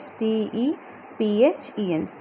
Stephen